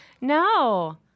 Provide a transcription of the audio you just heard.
No